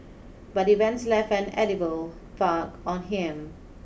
but events left an indelible mark on him